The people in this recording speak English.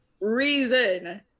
reason